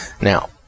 now